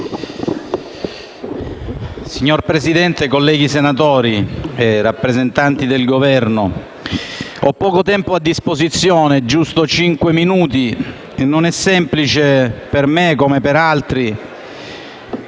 Signora Presidente, colleghi senatori, rappresentanti del Governo, ho poco tempo disposizione - giusto cinque minuti - e non è semplice per me, come per altri,